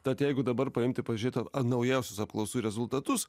tad jeigu dabar paimti pažiūrėt naujausius apklausų rezultatus